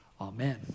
Amen